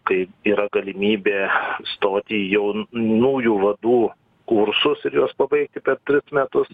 kai yra galimybė stoti į jaunųjų vadų kursus ir juos pabaigti per tris metus